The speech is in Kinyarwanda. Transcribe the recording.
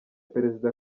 perezida